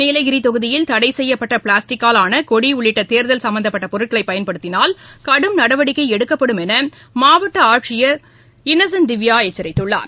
நீலகிரி தொகுதியில் தடை செய்யப்பட்ட பிளாஸ்டிக்கால் ஆன கொடி உள்ளிட்ட தேர்தல் சம்மந்தப்பட்ட பொருட்களை பயன்படுத்தினால் கடும் நடவடிக்கை எடுக்கப்படும் என மாவட்ட ஆட்சியர் திரு இன்னசன்ட் திவ்யா எச்சரித்தள்ளார்